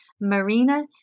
Marina